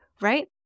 right